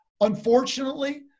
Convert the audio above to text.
unfortunately